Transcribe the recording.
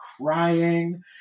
crying